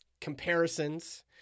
comparisons